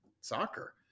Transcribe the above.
soccer